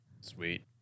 Sweet